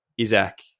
Isaac